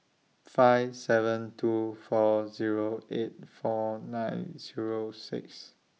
five seven two four Zero eight four nine Zero six